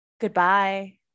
goodbye